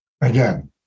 again